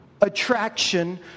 attraction